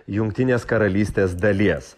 jungtinės karalystės dalies